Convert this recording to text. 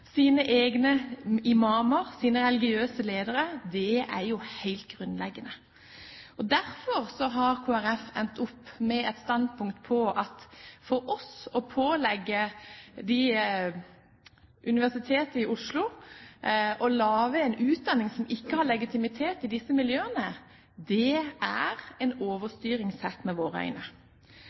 sine egne imamer, sine religiøse ledere. Det er helt grunnleggende. Derfor har Kristelig Folkeparti endt opp med et standpunkt om at for oss å pålegge Universitetet i Oslo å lage en utdanning som ikke har legitimitet i disse miljøene, er en overstyring, sett med våre